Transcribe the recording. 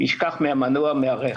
הוא יכול לשכוח מהמנוע ומהרכב.